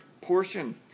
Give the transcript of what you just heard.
portion